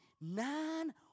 None